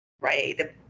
right